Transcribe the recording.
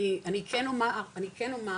אני כן אומר,